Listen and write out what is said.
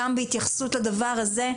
גם בהתייחסות לדבר הזה,